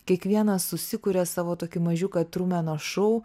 kiekvienas susikuria savo tokį mažiuką trumeno šou